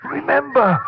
Remember